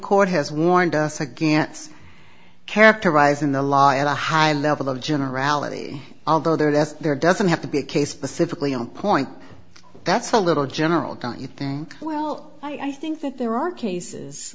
court has warned us against characterize in the law a high level of generality although there that's there doesn't have to be a case specifically on point that's a little general don't you think well i think that there are cases